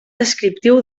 descriptiu